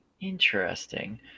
Interesting